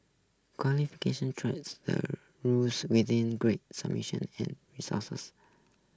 qualification treats the rules with in great function and